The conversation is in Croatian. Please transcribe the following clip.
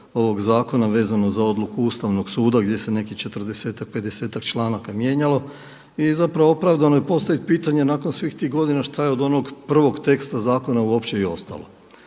ovog zakona vezano za odluku Ustavnog suda gdje se nekih 40-ak, 50-ak članaka mijenjalo. I zapravo je opravdano postaviti pitanje nakon svih tih godina šta je od onog prvog teksta zakona uopće i ostalo?